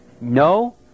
no